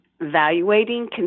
evaluating